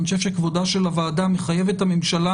אני חושב שכבודה של הוועדה מחייב את הממשלה